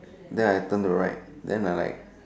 then I turn to right then I like